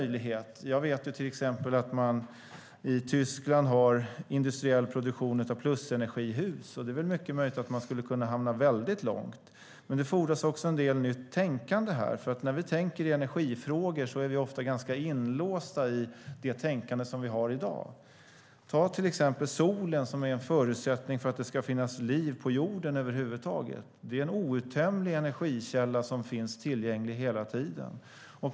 Jag vet till exempel att man i Tyskland har industriell produktion av plusenergihus, och det är väl mycket möjligt att man skulle kunna hamna väldigt långt. Men det fordras också en del nytt tänkande. När vi tänker i energifrågor är vi ofta ganska inlåsta i det tänkande som vi har i dag. Ta till exempel solen, som är en förutsättning för att det ska finnas liv på jorden över huvud taget! Det är en outtömlig energikälla som finns tillgänglig hela tiden.